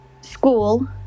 school